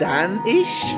Danish